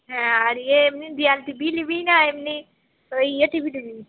হ্যাঁ আর ইয়ে এমনি দেওয়াল টিভিই নিবি না এমনি ওই ইয়ে টিভিটা নিবি